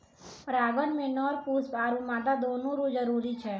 परागण मे नर पुष्प आरु मादा दोनो रो जरुरी छै